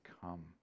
come